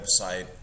website